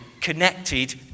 connected